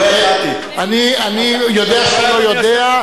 אם לא שמת לב, אני הייתי בעדך דווקא.